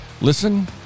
listen